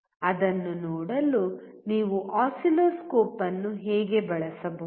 ಅದನ್ನು ನೋಡಲು ನೀವು ಆಸಿಲ್ಲೋಸ್ಕೋಪ್ ಅನ್ನು ಹೇಗೆ ಬಳಸಬಹುದು